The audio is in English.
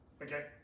Okay